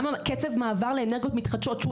גם קצב מעבר לאנרגיות מתחדשות שהוא